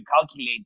calculate